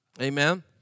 Amen